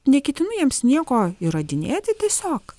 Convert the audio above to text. neketinu jiems nieko įrodinėti tiesiog